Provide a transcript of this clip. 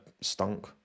stunk